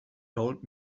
told